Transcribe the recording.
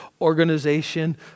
organization